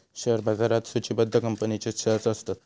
share बाजारात सुचिबद्ध कंपनींचेच शेअर्स असतत